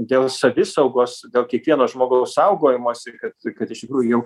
dėl savisaugos dėl kiekvieno žmogaus saugojimosi kad kad iš tikrųjų jau